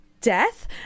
death